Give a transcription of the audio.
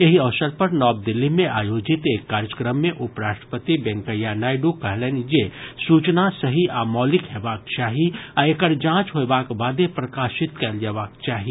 एहि अवसर पर नव दिल्ली मे आयोजित एक कार्यक्रम मे उपराष्ट्रपति वेंकैया नायडू कहलनि जे सूचना सही आ मौलिक हेबाक चाही आ एकर जांच होयबाक बादे प्रकाशित कयल जयबाक चाही